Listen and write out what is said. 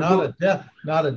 not a